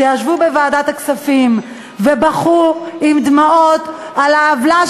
שישבו בוועדת הכספים ובכו בדמעות על העוולה,